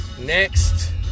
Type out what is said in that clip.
next